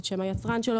שם היצרן שלו,